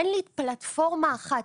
אין לי פלטפורמה אחת,